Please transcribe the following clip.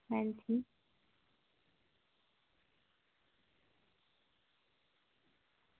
हां जी